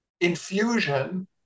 infusion